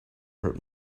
hurt